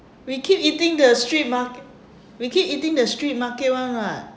we keep eating the street market we keep eating the street market [one] [what]